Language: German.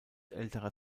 älterer